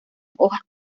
hojas